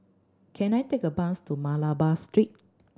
can I take a bus to Malabar Street